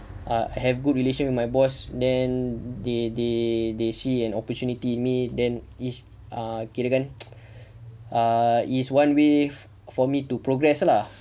I have good relation with my boss then they they they see an opportunity in me then is err kirakan err is one way for me to progress lah